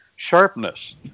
Sharpness